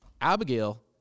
Abigail